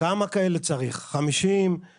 כמה רכבים כאלה צריך, 30?